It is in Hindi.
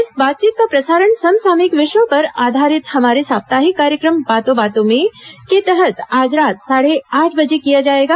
इस बातचीत का प्रसारण समसामयिक विषयों पर आधारित हमारे साप्ताहिक कार्यक्रम बातों बातों में के तहत आज रात साढ़े आठ बजे किया जाएगा